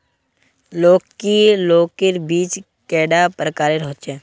लौकी लौकीर बीज कैडा प्रकारेर होचे?